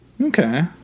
Okay